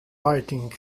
lightning